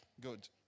Good